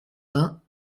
vingts